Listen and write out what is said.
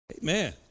Amen